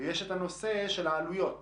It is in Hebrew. העלויות